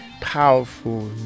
powerful